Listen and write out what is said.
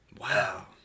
Wow